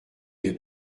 n’est